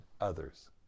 others